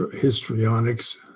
histrionics